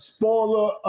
Spoiler